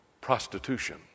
prostitution